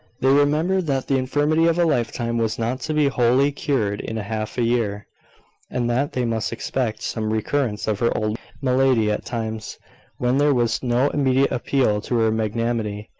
they remembered that the infirmity of a lifetime was not to be wholly cured in half-a-year and that they must expect some recurrence of her old malady at times when there was no immediate appeal to her magnanimity,